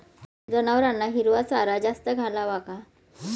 जनावरांना हिरवा चारा जास्त घालावा का?